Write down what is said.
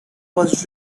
was